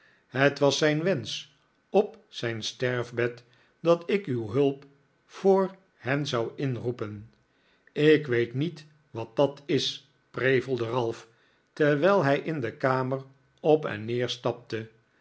het was zijn wensch op zijn sterfbed dat ik uw hulp voor hen zou inroepen ik weet niet wat dat is prevelde ralph terwijl hij in de kamer op en neer stapte